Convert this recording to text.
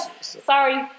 sorry